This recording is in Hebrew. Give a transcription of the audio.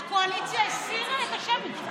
הקואליציה הסירה את ההצבעה השמית.